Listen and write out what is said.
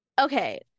Okay